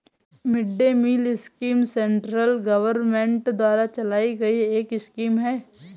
mid day meal scheme central government द्वारा चलाई गई एक स्कीम है